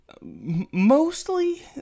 Mostly